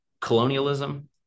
colonialism